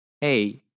hey